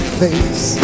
face